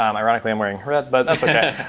um ironically, i'm wearing red, but that's ok.